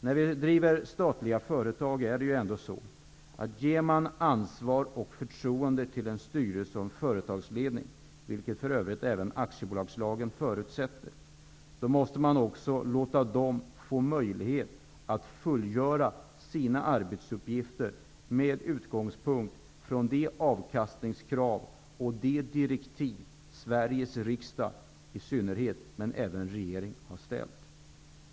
Ger man ansvar och förtroende till en styrelse och en företagsledning för ett statligt företag, vilket för övrigt även aktiebolagslagen förutsätter, måste man också låta dem få möjlighet att fullgöra sina arbetsuppgifter med utgångspunkt i de avkastningskrav och de direktiv Sveriges riksdag och även regering har ställt.